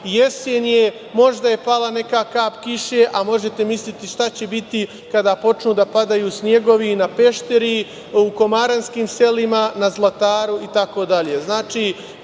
jesen je, možda je pala neka kap kiše, a možete misliti šta će biti kada počnu da padaju snegovi na Pešteri, u Komaranskim selima, na Zlataru, itd. Znači,